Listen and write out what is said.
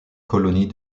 colonie